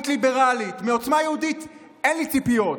מעוצמה יהודית אין לי ציפיות,